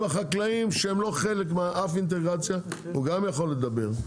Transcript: עם החקלאים שהם לא חלק מאף אינטגרציה הוא גם יכול לדבר.